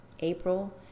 April